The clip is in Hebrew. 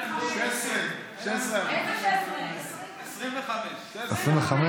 16. איזה 16, 25. 25. עשינו דיל.